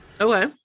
Okay